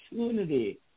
opportunity